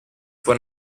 one